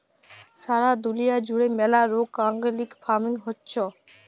সারা দুলিয়া জুড়ে ম্যালা রোক অর্গ্যালিক ফার্মিং হচ্যে